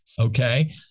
okay